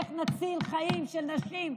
איך נציל חיים של נשים?